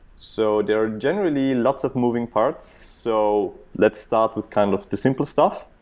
so there are generally lots of moving parts. so let's start with kind of the simple stuff.